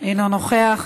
אינו נוכח.